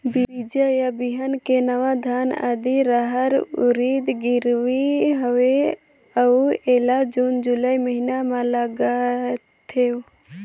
बीजा या बिहान के नवा धान, आदी, रहर, उरीद गिरवी हवे अउ एला जून जुलाई महीना म लगाथेव?